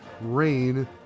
rain